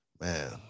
Man